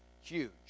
huge